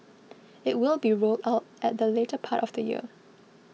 it will be rolled out at the later part of the year